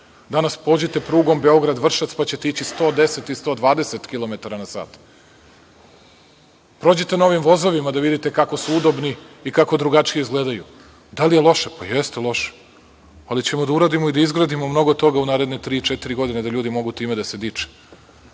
Danas pođite prugom Beograd-Vršac pa ćete ili 110 ili 120 km na sat. Prođite novim vozovima da vidite kako su udobni i kako drugačije izgledaju. Da li je loše? Jeste, loše je, ali ćemo da uradimo i da izgradimo mnogo toga u naredne tri ili četiri godine da ljudi mogu time da se